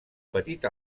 petit